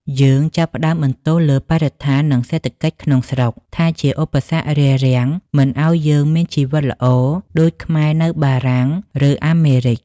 យើងចាប់ផ្តើមបន្ទោសលើបរិស្ថាន និងសេដ្ឋកិច្ចក្នុងស្រុកថា ជាឧបសគ្គរារាំងមិនឱ្យយើងមានជីវិតល្អដូចខ្មែរនៅបារាំង ឬអាមេរិក។